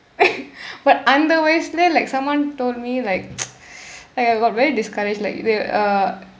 but அந்த வயசிலே:andtha vayasilee like someone told me like like I got very discouraged like they uh